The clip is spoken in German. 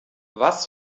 was